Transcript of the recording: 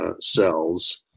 cells